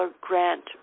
grant